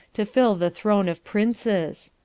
to fill the throne of princes.